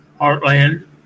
Heartland